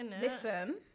Listen